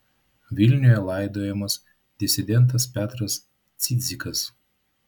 vilniuje laidojamas disidentas petras cidzikas